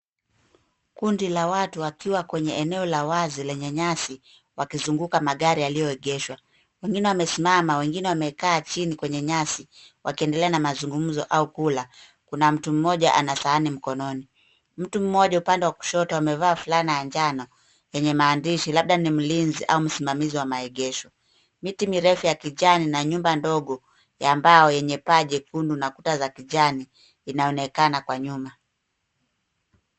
Kundi la watu wakiwa kwenye eneo la wazi lenye nyasi wakizunguka magari yaliyoegeshwa. Wengine wamesimama, wengine wamekaa chini kwenye nyasi wakiendelea na mazungumzo au kula. Kuna mtu mmoja ana sahani mkononi. Mtu mmoja upande wa kushoto amevaa fulana ya njano yenye maandishi labda ni mlinzi au msimamizi wa maegesho. Miti mirefu ya kijani na nyumba ndogo ya mbao yenye paa jekundu na kuta za kijani inaonekana kwa nyuma.